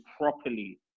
properly